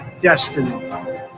destiny